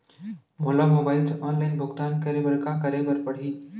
मोला मोबाइल से ऑनलाइन भुगतान करे बर का करे बर पड़ही?